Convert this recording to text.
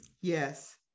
yes